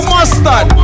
Mustard